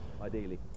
ideally